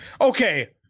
Okay